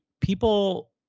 people